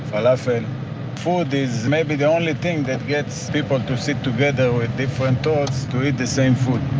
falafel, food is maybe the only thing that gets people to sit together with different thoughts to eat the same food